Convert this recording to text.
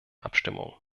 abstimmungen